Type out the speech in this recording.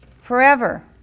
forever